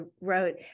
wrote